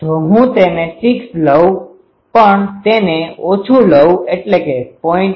જો હું તેને 6 લઉં પણ તેને ઓછું લઉં એટલે કે ૦